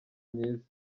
myiza